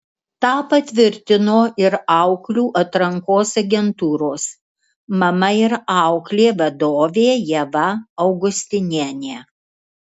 tą patvirtino ir auklių atrankos agentūros mama ir auklė vadovė ieva augustinienė